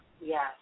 Yes